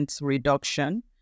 reduction